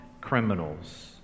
criminals